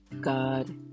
God